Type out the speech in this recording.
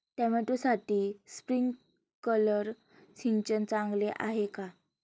टोमॅटोसाठी स्प्रिंकलर सिंचन चांगले आहे का?